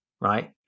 right